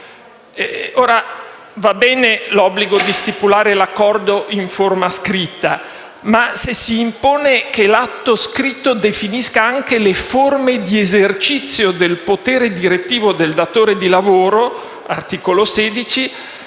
Va bene l'obbligo di stipulare l'accordo in forma scritta, ma se si impone che l'atto scritto definisca anche le forme di esercizio del potere direttivo del datore di lavoro (articolo 16),